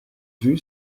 vue